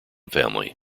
family